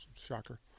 Shocker